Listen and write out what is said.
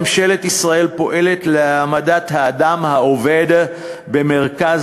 ממשלת ישראל פועלת להעמדת האדם העובד במרכז